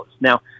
Now